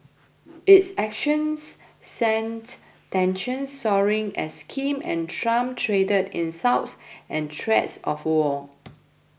its actions sent tensions soaring as Kim and Trump traded insults and threats of war